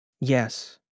Yes